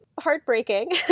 heartbreaking